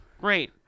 Great